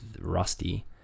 Rusty